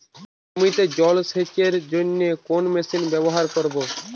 জমিতে জল সেচের জন্য কোন মেশিন ব্যবহার করব?